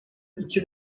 iki